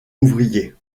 ouvriers